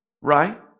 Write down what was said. right